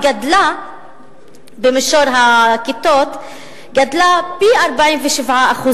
ומספר הכיתות גדל ב-47%.